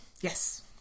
yes